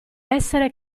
essere